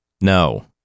No